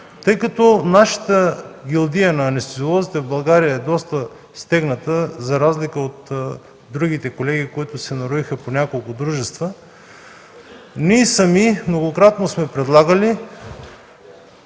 Тъй като нашата гилдия – на анестезиолозите в България, е доста стегната, за разлика от другите колеги, които си нароиха по няколко дружества, ние сами многократно сме предлагали